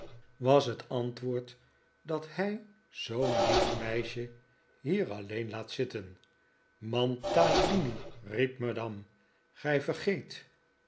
terugdeinzend hoe antwoord dat hij zoo'n lief meisje hier alleen laat zitten mantalini riep madame gij vergeet